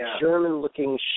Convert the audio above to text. German-looking